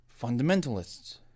fundamentalists